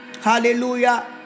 Hallelujah